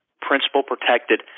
principal-protected